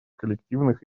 коллективных